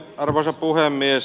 arvoisa puhemies